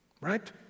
Right